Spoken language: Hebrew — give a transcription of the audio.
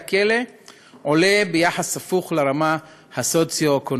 הכלא עולה ביחס הפוך לרמה הסוציו-אקונומית.